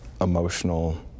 emotional